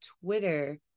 Twitter